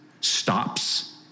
stops